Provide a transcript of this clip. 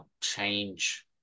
change